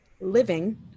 living